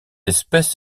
espèce